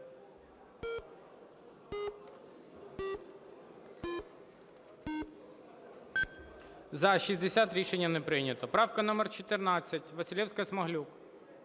За – 60 Рішення не прийнято. Правка номер 14, Василевська-Смаглюк.